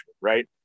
right